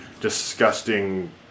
disgusting